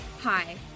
Hi